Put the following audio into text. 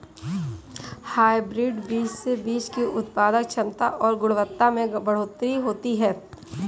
hybrid बीज से बीज की उत्पादन क्षमता और गुणवत्ता में बढ़ोतरी होती है